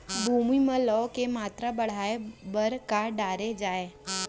भूमि मा लौह के मात्रा बढ़ाये बर का डाले जाये?